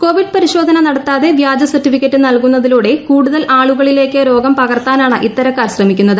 Covid പരിശോധന നടത്താതെ വ്യാജ സർട്ടിഫിക്കറ്റ് നൽകുന്നതിലൂടെ കൂടുതൽ ആളുകളിലേക്ക് രോഗം പകർത്താനാണ് ഇത്തരക്കാർ ശ്രമിക്കുന്നത്